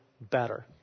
better